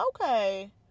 okay